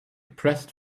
pressed